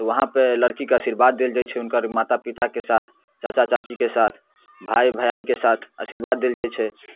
तऽ उहाँपर लड़कीके आशीर्वाद देल जाइ छै हुनकर माता पिताके साथ चाचा चाचीके साथ भाय भैयारीके साथ आशीर्वाद देल जाइ छै